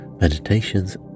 meditations